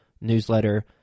newsletter